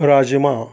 rajma